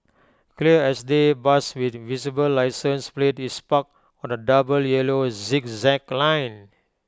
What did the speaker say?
clear as day bus with visible licence plate is parked on A double yellow zigzag line